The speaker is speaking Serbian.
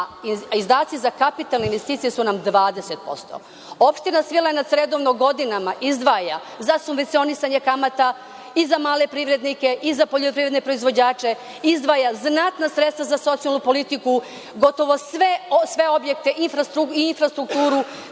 a izdaci za kapitalne investicije su nam 20%.Opština Svilajnac redovno godinama izdvaja za subvencionisanje kamata i za male privrednike i za poljoprivredne proizvođače, izdvaja znatna sredstva za socijalnu politiku, gotovo sve objekte i infrastrukturu